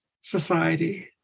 society